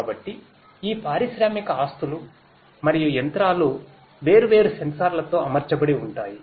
కాబట్టి ఈ పారిశ్రామిక ఆస్తులు మరియు యంత్రాలు వేర్వేరు సెన్సార్లతో అమర్చబడి ఉంటాయి